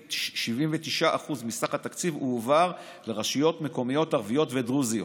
ו79% מסך התקציב הועבר לרשויות מקומיות ערביות ודרוזיות.